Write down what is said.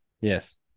yes